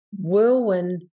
whirlwind